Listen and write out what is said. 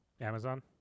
Amazon